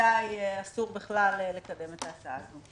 בוודאי אסור בכלל לקדם את ההצעה הזו.